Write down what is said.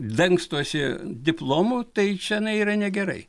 dangstosi diplomu tai čia yra negerai